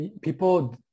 people